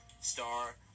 star